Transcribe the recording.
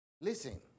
listen